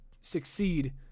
succeed